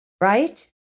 right